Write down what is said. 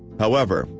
however,